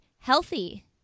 healthy